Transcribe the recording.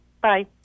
Bye